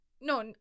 no